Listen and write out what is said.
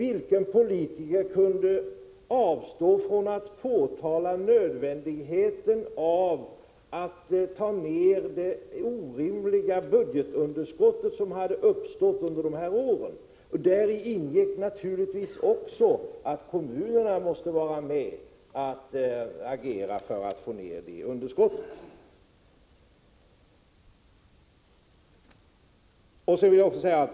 Vilken politiker kunde avstå från att påtala nödvändigheten av att få ned det orimliga budgetunderskott som hade uppstått under de här åren? Men naturligtvis måste även kommunerna agera när det gäller att få ned underskottet.